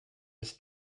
its